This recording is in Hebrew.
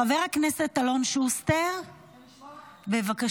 חבר הכנסת אלון שוסטר, בבקשה.